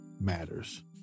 matters